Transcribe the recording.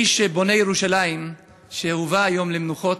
איש בונה ירושלים שהובא היום למנוחות,